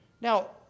Now